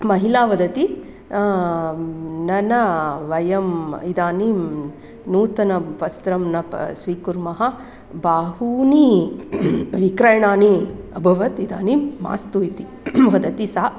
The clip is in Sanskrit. महिला वदति न न वयम् इदानीं नूतनं वस्त्रं न प स्वीकुर्मः बहूनि विक्रयणानि अभवत् इदानीं मास्तु इति वदति सा